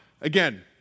again